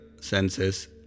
senses